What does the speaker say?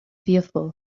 fearful